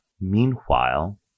Meanwhile